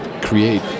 create